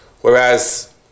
Whereas